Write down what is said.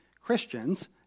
Christians